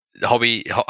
Hobby